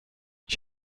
ich